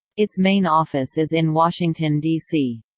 its main office is in washington, dc.